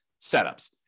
setups